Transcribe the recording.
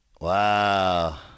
Wow